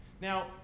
Now